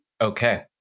Okay